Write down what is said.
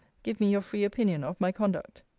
give me your free opinion of my conduct.